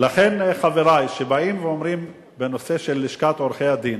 חברי, כשבאים ואומרים בנושא של לשכת עורכי-הדין,